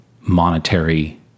monetary